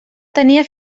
tenia